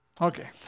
Okay